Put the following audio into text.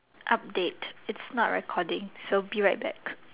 update it's not recording so be right back